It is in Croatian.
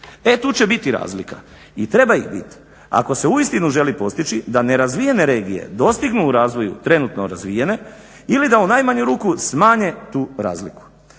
E tu će biti razlika i treba ih biti ako se uistinu želi postići da nerazvijene regije dostignu u razvoju trenutno razvijene ili da u najmanju ruku smanje tu razliku